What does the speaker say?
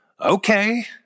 Okay